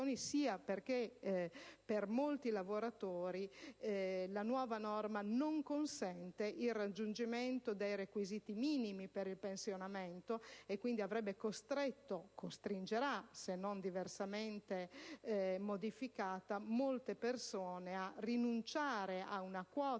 sia perché per molti lavoratori la nuova normativa non consente il raggiungimento dei requisiti minimi per il pensionamento. Quindi avrebbe costretto, e costringerà, se non diversamente modificata, molte persone a rinunciare a una quota